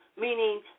Meaning